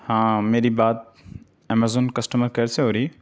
ہاں میری بات امیزون کسٹمر کیئر سے ہو رہی ہے